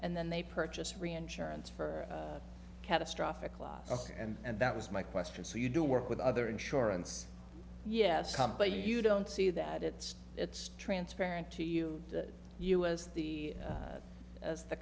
and then they purchased reinsurance for catastrophic loss and that was my question so you do work with other insurance yes tom but you don't see that it's it's transparent to you you as the as the